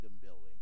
building